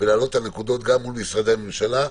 ולהעלות את הנקודות גם מול משרדי הממשלה,